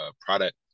product